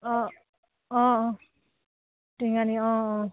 অঁ অঁ অঁ অঁ অঁ